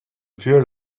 pure